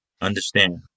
understand